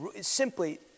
simply